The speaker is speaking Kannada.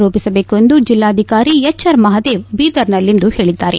ರೂಪಿಸಬೇಕು ಎಂದು ಜಿಲ್ಲಾಧಿಕಾರಿ ಹೆಚ್ ಆರ್ ಮಹಾದೇವ್ ಬೀದರ್ನಲ್ಲಿಂದು ಹೇಳಿದ್ದಾರೆ